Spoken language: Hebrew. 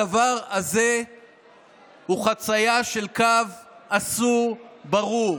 הדבר הזה הוא חציה של קו אסור ברור.